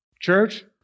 Church